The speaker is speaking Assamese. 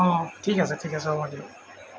অঁ ঠিক আছে ঠিক আছে হ'ব দিয়ক